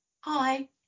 Hi